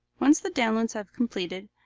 once the downloads have completed,